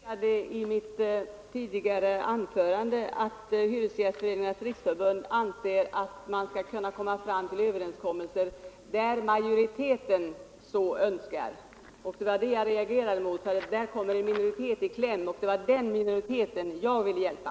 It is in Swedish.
Herr talman! I mitt tidigare anförande framhöll jag att Hyresgästernas riksförbund anser att man skall kunna nå överenskommelse där majoriteten så önskar. Jag reagerade mot detta eftersom minoriteten kommer i kläm — och det var den minoriteten jag ville hjälpa.